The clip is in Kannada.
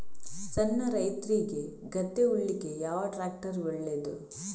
ಸಣ್ಣ ರೈತ್ರಿಗೆ ಗದ್ದೆ ಉಳ್ಳಿಕೆ ಯಾವ ಟ್ರ್ಯಾಕ್ಟರ್ ಒಳ್ಳೆದು?